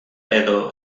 edo